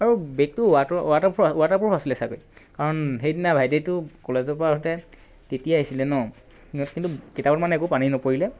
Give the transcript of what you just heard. আৰু বেগটো water water pro water proof আছিলে ছাগৈ কাৰণ সেইদিনা ভাইটিটো কলেজৰ পৰা আহোঁতে তিতিয়ে আহিছিলে ন কিন্তু কিতাপত মানে একো পানী নপৰিলে